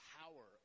power